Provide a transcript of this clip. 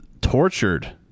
tortured